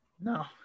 No